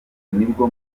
nibwo